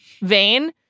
vain